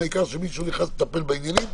העיקר שמישהו נכנס לטפל בעניינים,